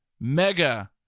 mega